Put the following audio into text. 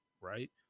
right